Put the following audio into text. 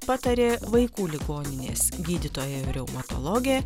patarė vaikų ligoninės gydytoja reumatologė